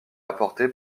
apporter